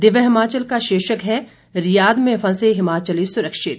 दिव्य हिमाचल का शीर्षक है रियाद में फंसे हिमाचली सुरक्षित